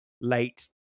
late